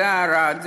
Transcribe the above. ערד,